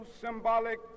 symbolic